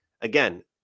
again